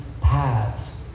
paths